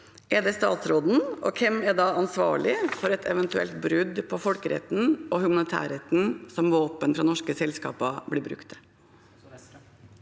Er det statsråden? Hvem er da ansvarlig for et eventuelt brudd på folkeretten og humanitærretten som våpen fra norske selskaper blir brukt